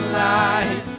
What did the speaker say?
light